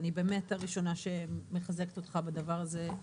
אני באמת הראשונה שמחזקת אותך בדבר הזה,